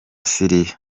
syria